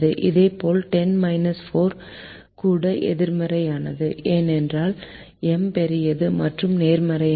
இதேபோல் 10 4 M கூட எதிர்மறையானது ஏனென்றால் M பெரியது மற்றும் நேர்மறையானது